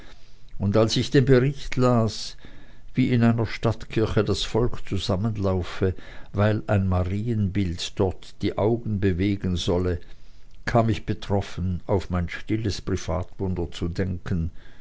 und als ich den bericht las wie in einer stadtkirche das volk zusammenlaufe weil ein marienbild dort die augen bewegen solle kam ich betroffen auf mein stilles privatwunder zu denken